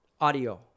audio